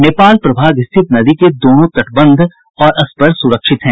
नेपाल प्रभाग स्थित नदी के दोनों तटबंध और स्पर सुरक्षित हैं